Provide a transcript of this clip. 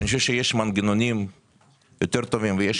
אני חושב שיש מנגנונים יותר טובים ויש